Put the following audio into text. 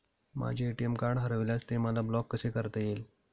माझे ATM card हरविल्यास ते मला ब्लॉक कसे करता येईल?